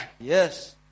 Yes